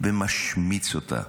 ומשמיץ אותה